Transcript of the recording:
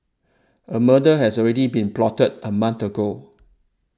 a murder had already been plotted a month ago